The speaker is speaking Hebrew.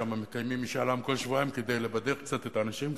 שם מקיימים משאל כל שבועיים כדי לבדר קצת את האנשים,